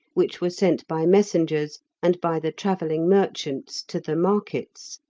which were sent by messengers and by the travelling merchants to the markets,